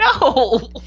no